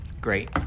Great